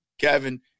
Kevin